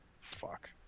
Fuck